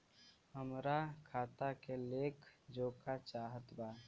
हमरा खाता के लेख जोखा चाहत बा?